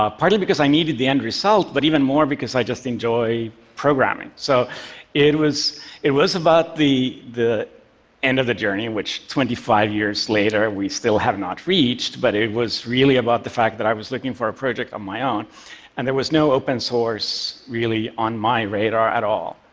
ah partly because i needed the end result, but even more because i just enjoyed programming. so it was it was about the the end of the journey, which, twenty five years later, we still have not reached. but it was really about the fact that i was looking for a project on my own and there was no open source, really, on my radar at all.